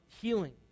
healing